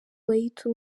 bayita